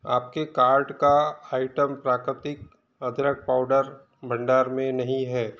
आपके कार्ट का आइटम प्राकृतिक अदरक पाउडर भंडार में नहीं है